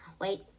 wait